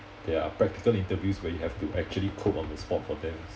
there are practical interviews where you have to actually code on the spot for them